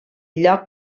lloc